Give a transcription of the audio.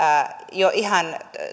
jo ihan